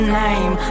name